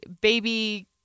baby